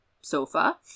sofa